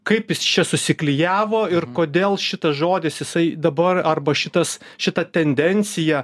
kaip jis čia susiklijavo ir kodėl šitas žodis jisai dabar arba šitas šita tendencija